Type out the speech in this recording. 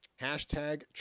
Hashtag